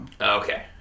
Okay